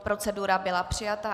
Procedura byla přijata.